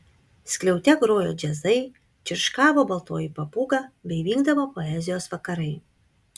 skliaute grojo džiazai čirškavo baltoji papūga bei vykdavo poezijos vakarai